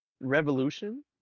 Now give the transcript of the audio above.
Revolution